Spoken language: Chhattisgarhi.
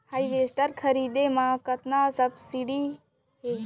हारवेस्टर खरीदे म कतना सब्सिडी हे?